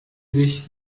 sich